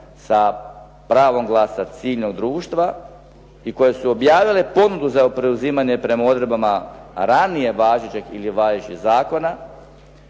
sa pravom glasa ciljnog društva i koje su objavile ponudu za preuzimanje prema odredbama ranije važećeg ili važećih zakona